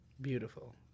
Beautiful